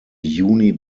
juni